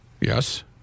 Yes